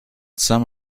some